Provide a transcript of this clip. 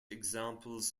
examples